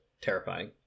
terrifying